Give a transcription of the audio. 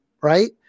right